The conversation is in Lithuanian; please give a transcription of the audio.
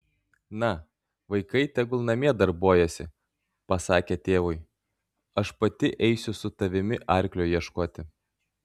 na vaikai tegul namie darbuojasi pasakė tėvui aš pati eisiu su tavimi arklio ieškoti